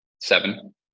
Seven